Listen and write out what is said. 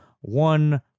one